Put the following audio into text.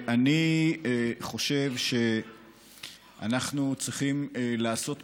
אני חושב שאנחנו צריכים לעשות מעשה.